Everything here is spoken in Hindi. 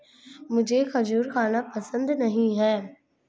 मुझें खजूर खाना पसंद नहीं है